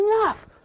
enough